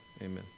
Amen